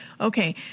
Okay